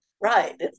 Right